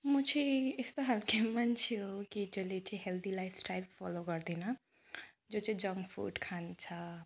म चाहिँ यस्तो खालको मान्छे हो कि जसले चाहिँ हेल्दी लाइफस्टाइल फलो गर्दैन जो चाहिँ जङ्क फुड खान्छ